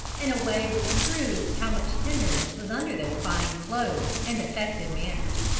in a way which proved how much tenderness was under those fine clothes and affected manners.